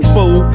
Fool